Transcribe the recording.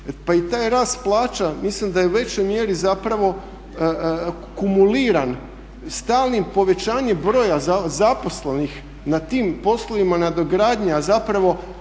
Pa i taj rast plaća mislim da je u većoj mjeri zapravo kumuliran stalnim povećanjem broja zaposlenih nad tim poslovima nadogradnje a zapravo